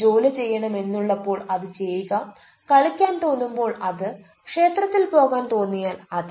ജോലി ചെയ്യണം എന്നുള്ളപ്പോൾ അത് ചെയ്യുക കളിക്കാൻ തോന്നുമ്പോൾ അത് ക്ഷേത്രത്തിൽ പോകാൻ തോന്നിയാൽ അത്